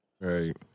Right